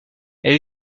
elle